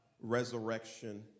resurrection